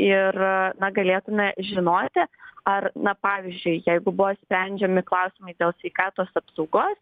ir na galėtume žinoti ar na pavyzdžiui jeigu buvo sprendžiami klausimai dėl sveikatos apsaugos